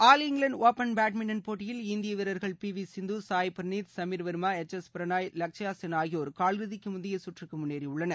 all இங்வாண்டு badminton போட்டியில் இந்திய வீரர்கள் P V Sindhu Sai Praneeth Sameer Varma H S Prannoy Lakshya Sen ஆகியோர் காலிறுதிக்கு முந்தைய சுற்றுக்கு முன்னேறியுள்ளனர்